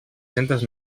centes